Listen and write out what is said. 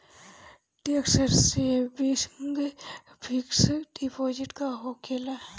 Tax saving fix deposit का होखे ला?